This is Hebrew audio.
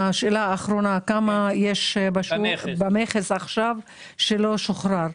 יש את השאלה של כמה יש במכס ולא שוחרר,